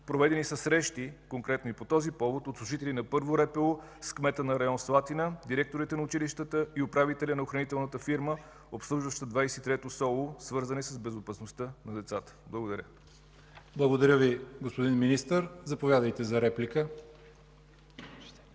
Проведени са срещи, конкретно и по този повод, от служители на І РПУ с кмета на район „Слатина”, директорите на училищата и управителя на охранителната фирма, обслужваща 23-то СОУ, свързани с безопасността на децата. Благодаря. ПРЕДСЕДАТЕЛ ЯВОР ХАЙТОВ: Благодаря Ви, господин Министър. Заповядайте за реплика.